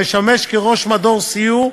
המשמש כראש משרד סיור,